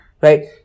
Right